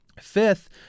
Fifth